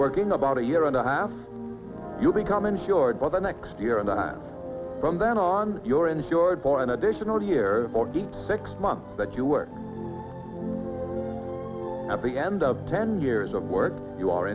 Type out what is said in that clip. working about a year and a half you become insured for the next year and that from then on your insured for an additional year or get six months that you are at the end of ten years of work you are